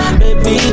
baby